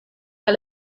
kaj